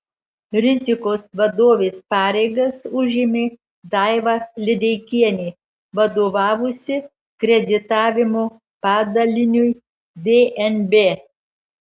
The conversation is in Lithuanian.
rizikos vadovės pareigas užėmė daiva lideikienė vadovavusi kreditavimo padaliniui dnb